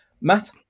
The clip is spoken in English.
Matt